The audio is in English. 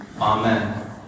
Amen